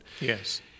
Yes